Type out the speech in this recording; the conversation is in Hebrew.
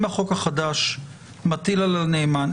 אם החוק החדש מטיל על הנאמן,